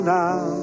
now